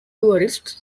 tourists